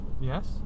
Yes